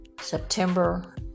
September